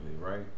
right